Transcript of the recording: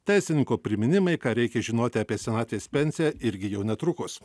teisininko priminimai ką reikia žinoti apie senatvės pensiją irgi jau netrukus